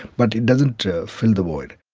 but it doesn't fill the void.